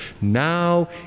now